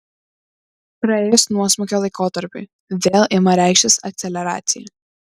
praėjus nuosmukio laikotarpiui vėl ima reikštis akceleracija